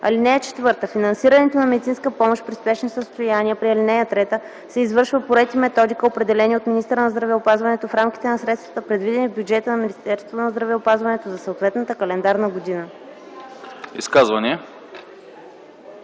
състояния. (4) Финансирането на медицинската помощ при спешни състояния по ал. 3 се извършва по ред и методика, определени от министъра на здравеопазването, в рамките на средствата, предвидени в бюджета на Министерството на здравеопазването за съответната календарна година.”